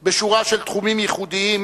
בשורה של תחומים ייחודיים,